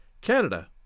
Canada